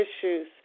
issues